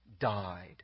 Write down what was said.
died